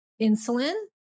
insulin